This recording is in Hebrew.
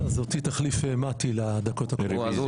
אז אותי תחליף מטי לדקות הקרובות.